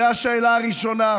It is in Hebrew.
זו השאלה הראשונה.